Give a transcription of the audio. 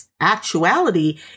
actuality